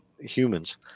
humans